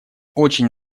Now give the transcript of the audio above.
очень